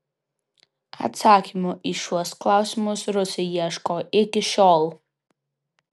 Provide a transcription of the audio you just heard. atsakymų į šiuos klausimus rusai ieško iki šiol